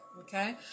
Okay